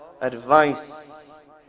advice